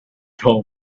tell